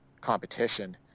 competition